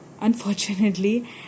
Unfortunately